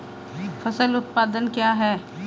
फसल उत्पादन क्या है?